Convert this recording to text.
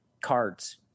cards